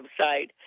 website